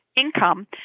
income